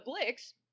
Blix